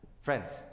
Friends